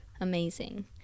amazing